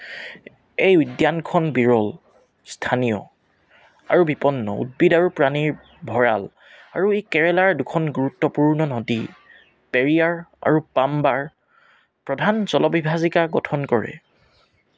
এই উদ্যানখন বিৰল স্থানীয় আৰু বিপন্ন উদ্ভিদ আৰু প্ৰাণীৰ ভঁৰাল আৰু ই কেৰেলাৰ দুখন গুৰুত্বপূৰ্ণ নদী পেৰিয়াৰ আৰু পাম্বাৰ প্ৰধান জলবিভাজিকা গঠন কৰে